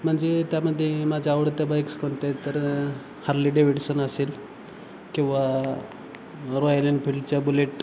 म्हणजे त्यामध्ये माझ्या आवडत्या बाईक्स कोणत्या आहेत तर हर्ली डेव्हिडसन असेल किंवा रॉयल एनफिल्डच्या बुलेट